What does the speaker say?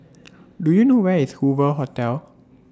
Do YOU know Where IS Hoover Hotel